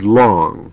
long